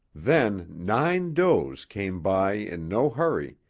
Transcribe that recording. then nine does came by in no hurry,